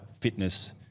fitness